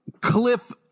Cliff